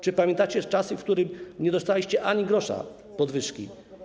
Czy pamiętacie czasy, kiedy nie dostaliście ani grosza podwyżki?